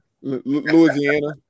Louisiana